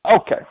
Okay